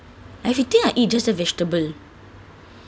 everything I eat just the vegetable